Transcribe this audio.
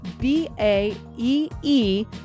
B-A-E-E